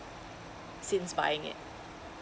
since buying it